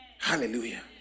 Hallelujah